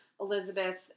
Elizabeth